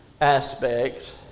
aspects